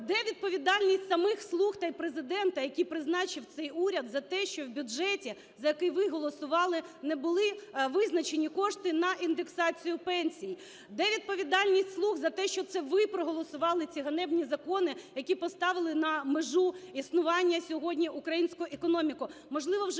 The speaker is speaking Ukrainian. Де відповідальність самих "слуг" та і Президента, які призначив цей уряд, за те, що в бюджеті, за який ви голосували, не були визначені кошти на індексацію пенсій? Де відповідальність "слуг" за те, що це ви проголосували ці ганебні закони, які поставили на межу існування сьогодні українську економіку?